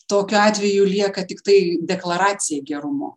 tokiu atveju lieka tiktai deklaracija gerumo